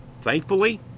thankfully